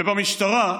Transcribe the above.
ובמשטרה,